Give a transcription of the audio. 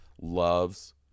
loves